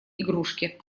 игрушке